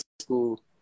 school